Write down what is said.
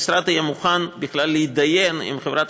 המשרד יהיה מוכן בכלל להתדיין עם חברת